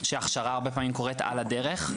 שההכשרה הרבה פעמים קורית "על הדרך",